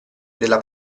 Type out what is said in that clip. della